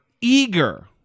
eager